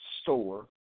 store